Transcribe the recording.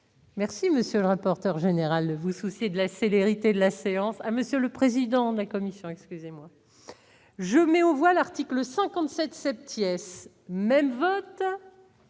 Merci, monsieur le rapporteur général vous soucier de la célérité de la séance à monsieur le président de la commission excusez-moi. Je mets au voilà retirerais le 57 cette Thiès même